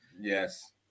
Yes